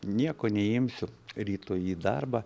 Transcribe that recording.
nieko neimsiu rytoj į darbą